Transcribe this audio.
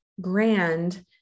grand